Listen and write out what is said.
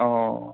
अह